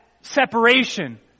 separation